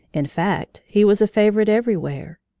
in fact, he was a favorite everywhere.